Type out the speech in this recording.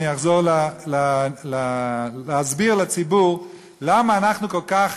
אני אחזור להסביר לציבור למה אנחנו כל כך